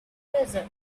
desert